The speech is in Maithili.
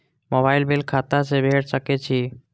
मोबाईल बील खाता से भेड़ सके छि?